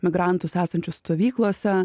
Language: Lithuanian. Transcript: migrantus esančius stovyklose